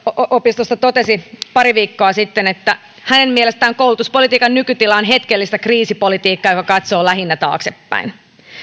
yliopistosta totesi pari viikkoa sitten että hänen mielestään koulutuspolitiikan nykytila on hetkellistä kriisipolitiikkaa joka katsoo lähinnä taaksepäin